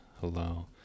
hello